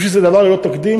אני חושב שזה דבר ללא תקדים,